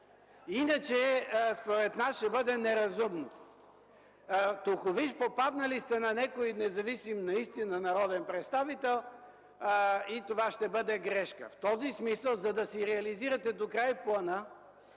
Иначе според нас ще бъде неразумно. Току виж попаднали сте на някой наистина независим народен представител и това ще бъде грешка. В този смисъл, за да си реализирате докрай плана,